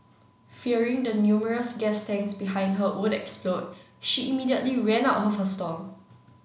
fearing the numerous gas tanks behind her would explode she immediately ran out of her stall